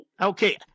Okay